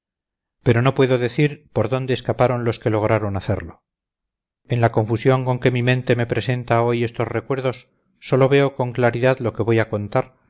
pero no puedo decir por dónde escaparon los que lograron hacerlo en la confusión con que mi mente me presenta hoy estos recuerdos sólo veo con claridad lo que voy a contar